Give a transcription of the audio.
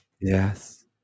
Yes